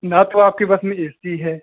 ना तो आपके बस में ए सी है